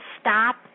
stop